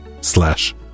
slash